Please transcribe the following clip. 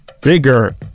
bigger